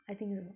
I think so